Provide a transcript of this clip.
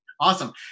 Awesome